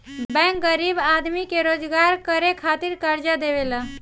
bank गरीब आदमी के रोजगार करे खातिर कर्जा देवेला